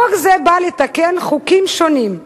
חוק זה בא לתקן חוקים שונים,